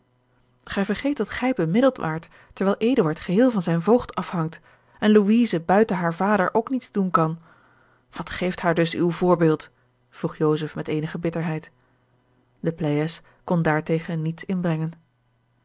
gij vergeet dat gij bemiddeld waart terwijl eduard geheel van zijn voogd afhangt en louise buiten haren vader ook niets doen kan wat geeft haar dus uw voorbeeld vroeg joseph met eenige bitterheid de pleyes kon daartegen niets inbrengen